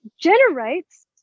generates